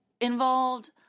involved